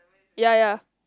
ya ya